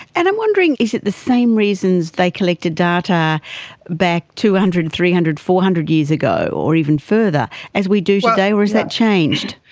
and i'm wondering, is it the same reasons they collected data back two hundred, three hundred, four hundred years ago or even further as we do today, or has that changed?